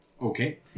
Okay